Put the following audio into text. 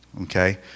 Okay